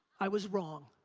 i was wrong.